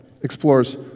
Explores